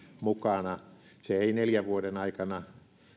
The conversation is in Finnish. mukana se ei neljän vuoden aikana